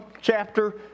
chapter